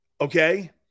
okay